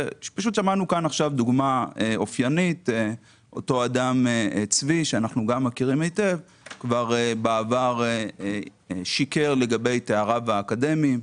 ושמענו כאן עכשיו את צבי שאנחנו יודעים שבעבר שיקר לגבי תאריו האקדמיים,